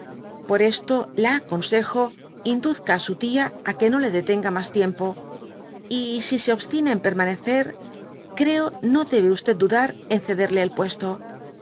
ipor esto la aconsejo induzca á su tia áqiie no le detenga róa tiempo y si se obstina en peifnnbnecer creó no debe dtidar én cederle el puesto